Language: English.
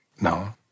no